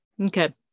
Okay